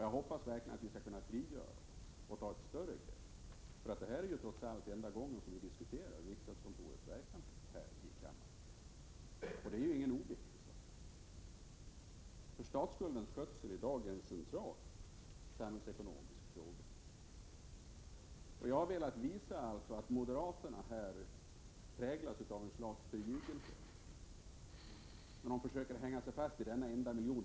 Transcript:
Jag hoppas verkligen att vi skall kunna frigöra oss för att kunna ta ett större grepp, eftersom statsskuldens skötsel i dag är en central samhällsekonomisk fråga. Detta är ju trots allt enda gången som vi i kammaren avhandlar riksgäldskontorets verksamhet. Moderaterna präglas av ett slags förljugenhet när de försöker att hänga sig fast vid denna enda miljon.